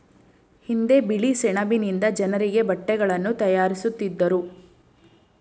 ಹಿಂದೆ ಬಿಳಿ ಸೆಣಬಿನಿಂದ ಜನರಿಗೆ ಬಟ್ಟೆಗಳನ್ನು ತಯಾರಿಸುತ್ತಿದ್ದರು